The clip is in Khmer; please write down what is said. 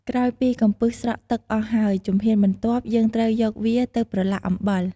ក្រោយពីកំពឹសស្រក់ទឹកអស់ហើយ ជំហានបន្ទាប់ យើងត្រូវយកវាទៅប្រឡាក់អំបិល។